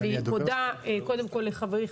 אני מודה לחברי,